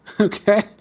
Okay